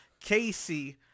Casey